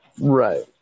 Right